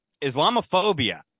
Islamophobia